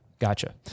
Gotcha